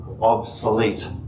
obsolete